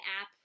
app